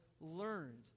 learned